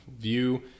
view